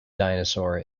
dinosaur